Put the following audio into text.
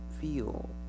feel